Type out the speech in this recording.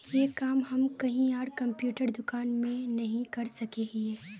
ये काम हम कहीं आर कंप्यूटर दुकान में नहीं कर सके हीये?